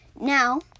now